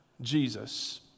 Jesus